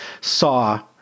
saw